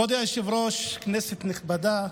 כבוד היושב-ראש, כנסת נכבדה,